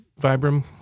vibram